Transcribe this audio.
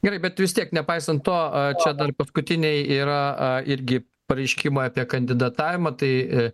gerai bet vis tiek nepaisant to čia dar paskutiniai yra a irgi pareiškimai apie kandidatavimą tai